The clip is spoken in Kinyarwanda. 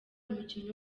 umukinnyi